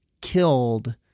killed